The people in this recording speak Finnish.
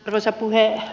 arvoisa puhemies